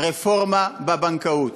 רפורמה בבנקאות.